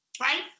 Right